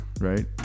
right